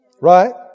right